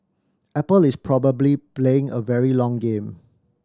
apple is probably playing a very long game